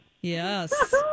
Yes